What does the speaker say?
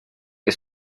que